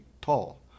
tall